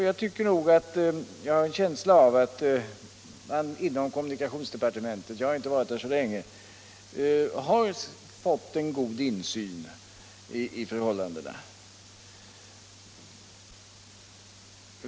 Jag har visserligen inte varit i departementet så länge, men jag har en känsla av att man där har fått en god insyn i förhållandena.